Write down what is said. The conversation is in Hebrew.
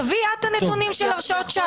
תביאי את את הנתונים של הרשעות שווא.